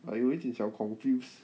I 有一点小 confuse